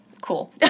Cool